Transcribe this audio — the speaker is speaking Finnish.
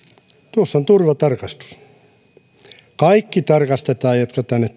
tuossa on turvatarkastus kaikki tarkastetaan jotka tänne